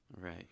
Right